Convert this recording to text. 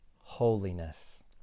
holiness